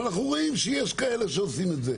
ואנחנו רואים שיש כאלה שעושים את זה.